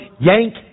yank